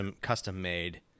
custom-made